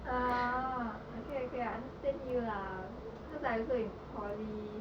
ah okay okay understand you lah cause I also in poly